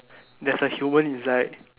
there's a human inside